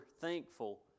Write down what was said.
thankful